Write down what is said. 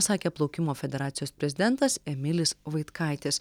sakė plaukimo federacijos prezidentas emilis vaitkaitis